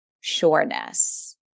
sureness